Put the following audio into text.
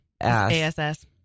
ASS